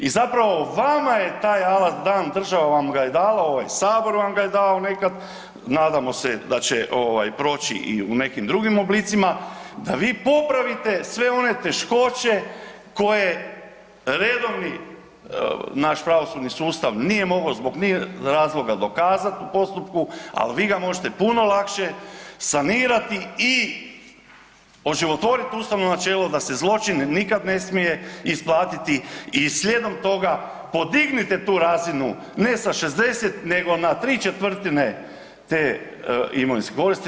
I zapravo vama je taj alat dan, država vam ga je dala, ovaj sabor vam ga je dao nekad, nadamo se da će ovaj proći i u nekim drugim oblicima da vi popravite sve one teškoće koje redovni naš pravosudni sustav nije mogao zbog niz razloga dokazati u postupku, ali vi ga možete puno lakše sanirati i oživotvorit ustavno načelo da se zločin nikad ne smije isplatiti i slijedom toga podignite tu razinu ne sa 60% nego na 3/4 te imovinske koristi.